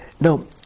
Now